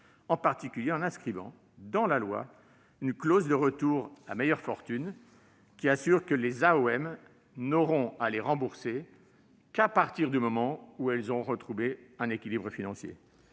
en particulier, en inscrivant dans la loi une clause de retour à meilleure fortune, qui assure que les AOM n'auront à les rembourser qu'à partir du moment où elles auront retrouvé un équilibre financier.